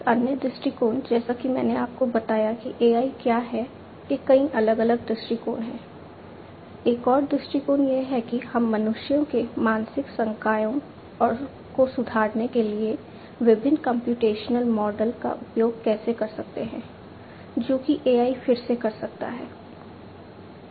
एक अन्य दृष्टिकोण जैसा कि मैंने आपको बताया कि AI क्या है के कई अलग अलग दृष्टिकोण हैं एक और दृष्टिकोण यह है कि हम मनुष्यों के मानसिक संकायों को सुधारने के लिए विभिन्न कम्प्यूटेशनल मॉडल का उपयोग कैसे कर सकते हैं जो कि AI फिर से कर सकता है